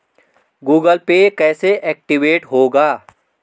Google pay कैसे active होगा?